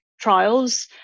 trials